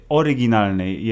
oryginalnej